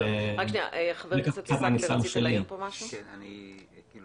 אני רוצה לומר שאני מדבר